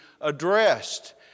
addressed